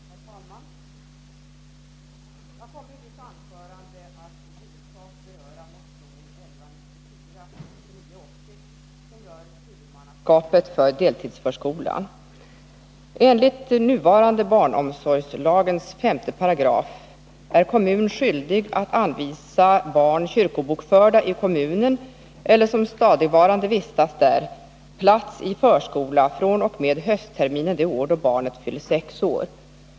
Herr talman! Jag kommer i mitt anförande att i huvudsak beröra motion 1979/80:1194, som rör huvudmannaskapet för deltidsförskolan. Enligt nuvarande 5 § barnomsorgslagen är kommun skyldig att anvisa barn som är kyrkobokförda i kommunen eller som stadigvarande vistas där plats i förskola fr.o.m. höstterminen det år då barnet fyller sex år.